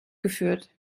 geführt